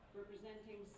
representing